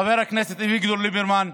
חבר הכנסת אביגדור ליברמן,